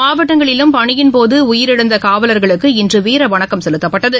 மாவட்டங்களிலும் பணியின் போது உயிரிழந்த காவலர்களுக்கு இன்று வீர வணக்கம் செலுத்தப்பட்டது